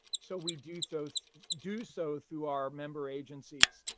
so we do so so do so through our member agencies.